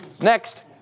Next